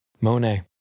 Monet